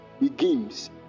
begins